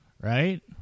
Right